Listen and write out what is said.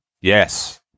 Yes